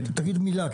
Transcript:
תגיד מילה.